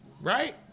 right